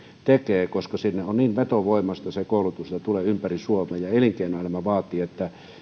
tekee koska siellä on niin vetovoimaista se koulutus että opiskelijoita tulee ympäri suomea ja sellaista mitä elinkeinoelämä vaatii